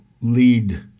lead